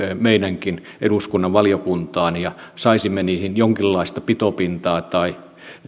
meidänkin eduskunnan valiokuntiin ja saisimme niihin jonkinlaista pitopintaa tai